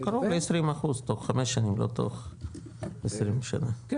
קרוב ל-20% תוך חמש שנים לא תוך 20 שנה,